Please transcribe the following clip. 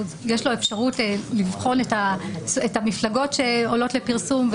יש לו אפשרות לבחון את המפלגות שעולות לפרסום,